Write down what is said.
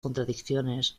contradicciones